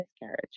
miscarriage